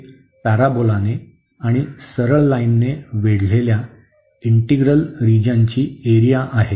हे पॅराबोलाने आणि सरळ लाईनने वेढलेल्या इंटिग्रल रिजनची एरिया आहे